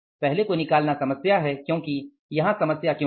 पहले को निकालना समस्या है क्योकि यहाँ समस्या क्यों है